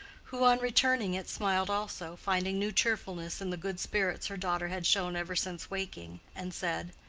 who, on returning it, smiled also, finding new cheerfulness in the good spirits her daughter had shown ever since waking, and said,